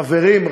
חברים,